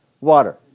water